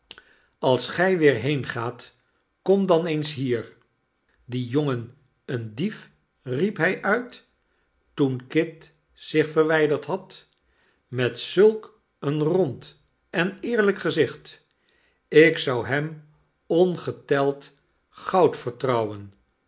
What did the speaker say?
als gij weer heengaat kom dan eens hier die jongen een dief riep hij uit toen kit zich verwijderd had met zulk een rond en eerlijk gezicht ik zou hem ongeteld goud vertrouwen